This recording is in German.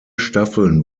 staffeln